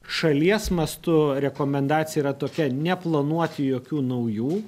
šalies mastu rekomendacija yra tokia neplanuoti jokių naujų